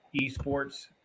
esports